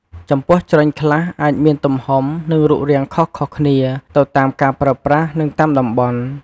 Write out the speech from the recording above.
ចំពោះ ជ្រញ់ខ្លះអាចមានទំហំ និងរូបរាងខុសៗគ្នាទៅតាមការប្រើប្រាស់ និងតាមតំបន់។